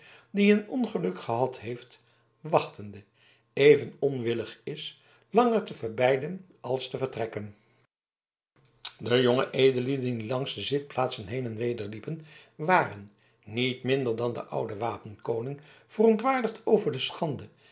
die een ongeluk gehad heeft wachtende even onwillig is langer te verbeiden als te vertrekken de jonge edellieden die langs de zitplaatsen heen en weder liepen waren niet minder dan de oude wapenkoning verontwaardigd over de schande